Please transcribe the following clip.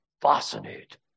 fascinate